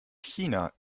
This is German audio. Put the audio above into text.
china